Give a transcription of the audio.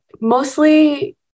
mostly